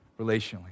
relationally